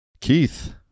Keith